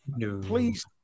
please